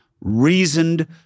reasoned